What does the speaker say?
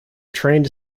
trained